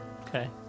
Okay